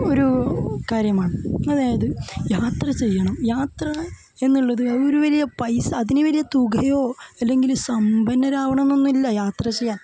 ഒരു കാര്യമാണ് അതായത് യാത്ര ചെയ്യണം യാത്ര എന്നുള്ളത് ഒരു വലിയ പൈസ അതിനു വലിയ തുകയോ അല്ലെങ്കിൽ സമ്പന്നരാകണം എന്നൊന്നുമില്ല യാത്ര ചെയ്യാൻ